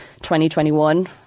2021